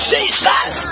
Jesus